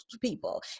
people